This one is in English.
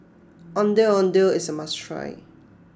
Ondeh Ondeh is a must try